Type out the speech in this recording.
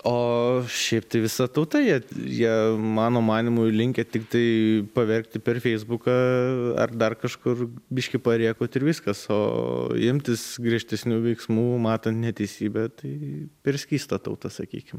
o šiaip tai visa tauta jie jie mano manymu linkę tiktai paverkti per feisbuką ar dar kažkur biškį parėkaut ir viskas o imtis griežtesnių veiksmų matant neteisybę tai per skysta tauta sakykim